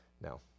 no